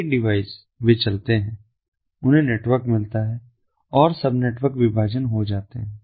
ये डिवाइस वे चलते हैं उन्हें नेटवर्क मिलता है और सबनेटवर्क विभाजन हो जाते हैं